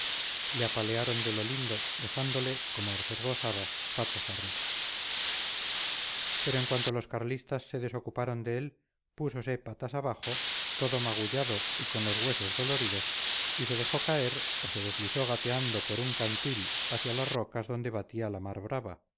le apalearon de lo lindo dejándole como observó sabas patas arriba pero en cuanto los carlistas se desocuparon de él púsose patas abajo todo magullado y con los huesos doloridos y se dejó caer o se deslizó gateando por un cantil hacia las rocas donde batía la mar brava